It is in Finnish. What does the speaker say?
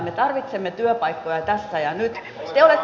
me tarvitsemme työpaikkoja tässä ja nyt